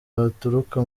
baturuka